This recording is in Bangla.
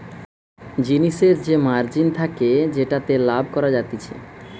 জিনিসের যে মার্জিন থাকে যেটাতে লাভ করা যাতিছে